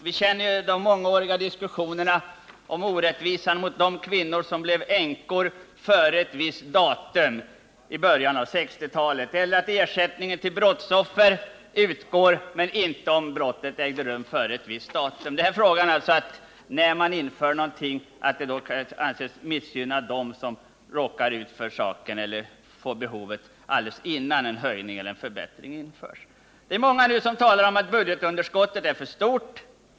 Vi känner ju till de mångåriga diskussionerna om orättvisan mot de kvinnor som blev änkor före ett visst datum i början av 1960-talet eller om att ersättning till brottsoffer inte utgår om brottet ägde rum före ett visst datum. Det är många som talar om att budgetunderskottet är för stort.